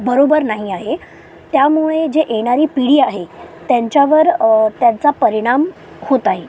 बरोबर नाही आहे त्यामुळे जे येणारी पिढी आहे त्यांच्यावर त्यांचा परिणाम होत आहे